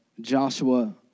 Joshua